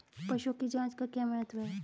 पशुओं की जांच का क्या महत्व है?